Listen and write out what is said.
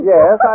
Yes